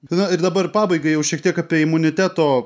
tada ir dabar pabaigai jau šiek tiek apie imuniteto